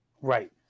Right